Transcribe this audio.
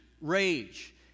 rage